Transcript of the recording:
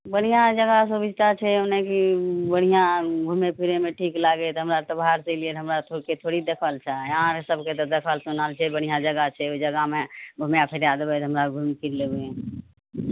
बढ़िआँ जगह सुविस्ता छै ओइमे की बढ़िआँ घुमय फिरयमे ठीक लागय तऽ हमरा तऽ बाहरसँ अयलियै हँ तऽ हमरा थोड़ी देखल छै अहाँ सबके तऽ देखल सुनल छै बढ़िआँ जगह छै ओइ जगहमे घुमय फिरय देबय तऽ हमरा आर घुमि फिर लेबय